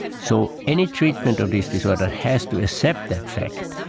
so any treatment of this disorder has to accept that fact,